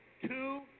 two